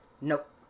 Nope